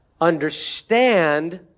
understand